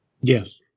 Yes